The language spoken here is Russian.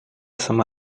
сама